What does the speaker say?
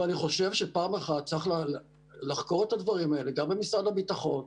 ואני חושב שפעם אחת צריך לחקור את הדברים האלה גם במשרד הביטחון,